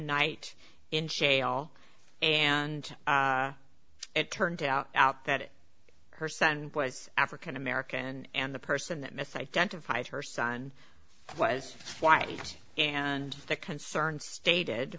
night in jail and it turned out out that her son was african american and the person that misidentified her son was white and the concerns stated